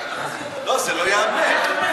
לא, זה לא ייאמן.